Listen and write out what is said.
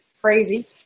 crazy